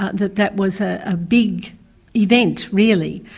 ah that that was a ah big event really.